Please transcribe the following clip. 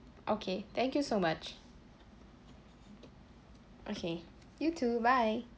okay thank you so much okay you too bye